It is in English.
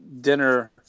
dinner